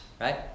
right